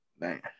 Man